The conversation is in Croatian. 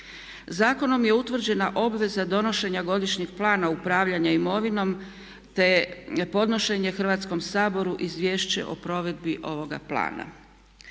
Zakonom je utvrđena obveza donošenja Godišnjeg plana upravljanja imovinom te podnošenje Hrvatskom saboru Izvješće o provedbi ovoga plana.